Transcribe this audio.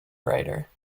writer